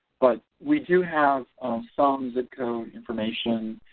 but we do have some zip code information